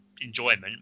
enjoyment